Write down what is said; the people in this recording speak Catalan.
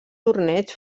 torneig